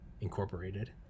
incorporated